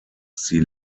sie